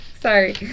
Sorry